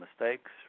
mistakes